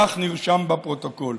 כך נרשם בפרוטוקול.